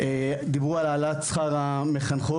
דיברו על העלאת שכר המחנכות,